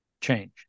change